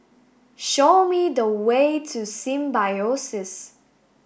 show me the way to Symbiosis